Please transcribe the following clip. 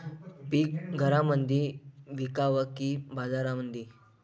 पीक घरामंदी विकावं की बाजारामंदी?